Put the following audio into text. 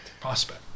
Prospect